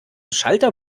schalter